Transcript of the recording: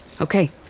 Okay